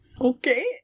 Okay